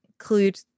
include